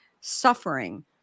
suffering